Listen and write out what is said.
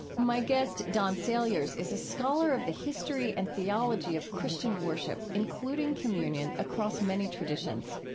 my guest, don saliers, is a scholar of the history and theology of christian worship, including communion, across many traditions.